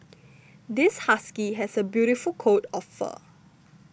this husky has a beautiful coat of fur